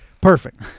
perfect